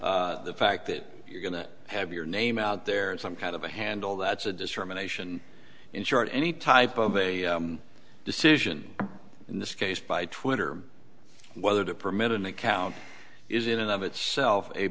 the fact that you're going to have your name out there some kind of a handle that's a discrimination in short any type of a decision in this case by twitter whether to permit an account is in and of itself a